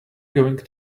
going